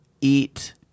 eat